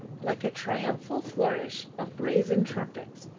like a triumphal flourish of brazen trumpets.